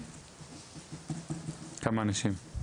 כמה אנשים?